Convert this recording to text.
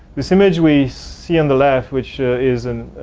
this image we see on the left which is an